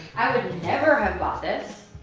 i would never had bought this,